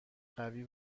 قوی